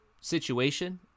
situation